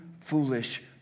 foolish